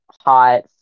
hot